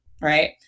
Right